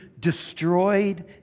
destroyed